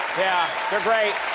yeah, they're great!